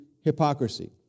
hypocrisy